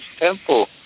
temple